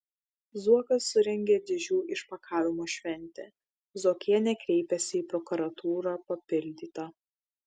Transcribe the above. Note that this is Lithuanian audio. zuokas surengė dėžių išpakavimo šventę zuokienė kreipėsi į prokuratūrą papildyta